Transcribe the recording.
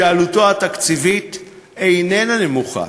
שעלותו התקציבית איננה נמוכה,